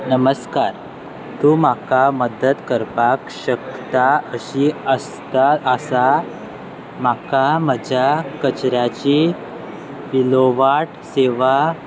नमस्कार तूं म्हाका मदत करपाक शकता अशी आस्त आसा म्हाका म्हज्या कचऱ्याची विलोवाट सेवा